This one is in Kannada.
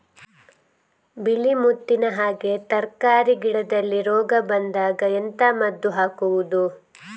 ಬಿಳಿ ಮುತ್ತಿನ ಹಾಗೆ ತರ್ಕಾರಿ ಗಿಡದಲ್ಲಿ ರೋಗ ಬಂದಾಗ ಎಂತ ಮದ್ದು ಹಾಕುವುದು?